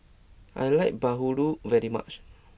I like Bahulu very much